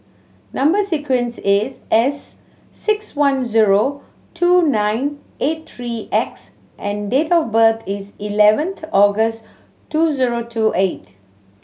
number sequence is S six one zero two nine eight three X and date of birth is eleventh August two zero two eight